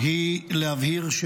להבהיר,